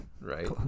right